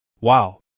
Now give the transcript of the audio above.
Wow